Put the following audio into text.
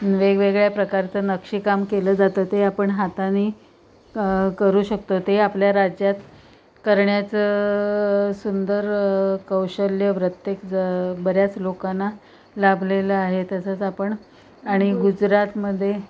वेगवेगळ्या प्रकारचं नक्षीकाम केलं जातं ते आपण हातांनी करू शकतो ते आपल्या राज्यात करण्याचं सुंदर कौशल्य प्रत्येक ज बऱ्याच लोकांना लाभलेलं आहे तसंच आपण आणि गुजरातमध्ये